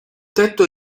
tetto